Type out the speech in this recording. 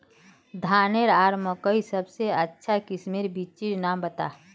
धानेर आर मकई सबसे अच्छा किस्मेर बिच्चिर नाम बता?